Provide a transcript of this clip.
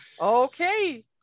Okay